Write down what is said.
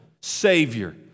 Savior